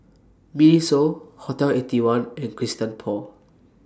Miniso Hotel Eighty One and Christian Paul